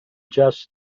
just